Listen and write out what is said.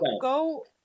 go